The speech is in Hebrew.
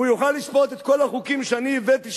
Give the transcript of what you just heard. הוא יוכל לשפוט את כל החוקים שאני הבאתי,